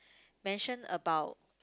mention about